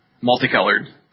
multicolored